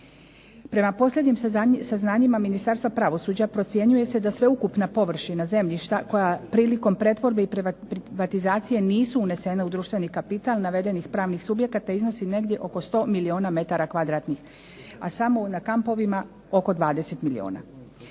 Prema posljednjim saznanjima Ministarstva pravosuđa, procjenjuje se da sveukupna površina zemljišta koja prilikom pretvorbe i privatizacije nisu unesene u društveni kapital navedenih pravnih subjekata iznosi negdje oko 100 milijuna metara kvadratnih, a samo na kampovima oko 20 milijuna.